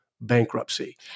Bankruptcy